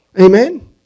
Amen